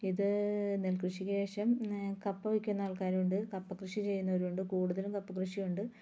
ഇത് നെൽക്കൃഷിക്ക് ശേഷം കപ്പ വെക്കുന്ന ആൾക്കാരും ഉണ്ട് കപ്പക്കൃഷി ചെയ്യുന്നവരും ഉണ്ട് കൂടുതലും കപ്പക്കൃഷിയുണ്ട്